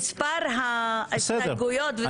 אבל מבחינת מספר ההסתייגויות --- בסדר,